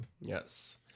yes